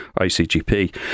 ICGP